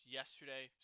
yesterday